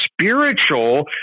spiritual